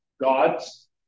God's